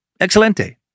Excelente